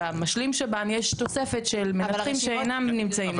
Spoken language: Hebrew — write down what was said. במשלים שב"ן יש תוספת של מנתחים שאינם נמצאים בשב"ן.